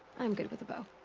i'm good with a bow.